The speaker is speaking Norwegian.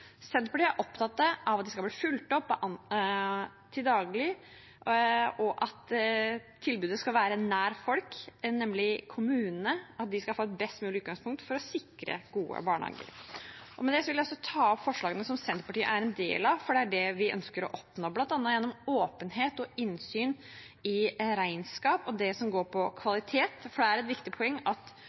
Senterpartiet er opptatt av at de skal bli fulgt opp til daglig, og at tilbudet skal være nært folk, nemlig i kommunene, og at kommunene skal få et best mulig utgangspunkt for å sikre gode barnehager. Med det vil jeg vise til de forslagene som Senterpartiet er en del av, og også ta opp forslaget fra Senterpartiet og SV, for det er det vi ønsker å oppnå, bl.a. gjennom åpenhet og innsyn i regnskap og det som går på kvalitet. Det er et viktig poeng